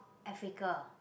Africa